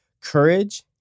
courage